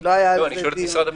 ------ אני שואל את משרד המשפטים.